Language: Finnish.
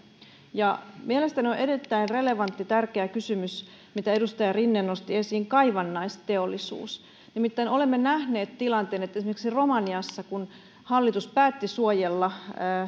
mielestäni erittäin relevantti ja tärkeä kysymys minkä edustaja rinne nosti esiin on kaivannaisteollisuus nimittäin olemme nähneet tilanteen esimerkiksi romaniassa kun hallitus päätti suojella